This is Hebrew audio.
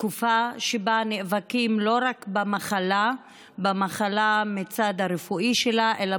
תקופה שבה נאבקים לא רק במחלה מהצד הרפואי שלה אלא